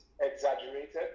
exaggerated